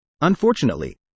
Unfortunately